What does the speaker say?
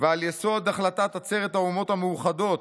ועל יסוד החלטת עצרת האומות המאוחדות,